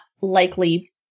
likely